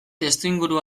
testuinguru